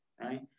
right